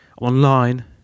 online